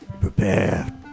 Prepare